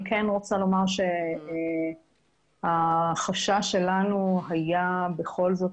אני כן רוצה לומר שהחשש שלנו היה בכול זאת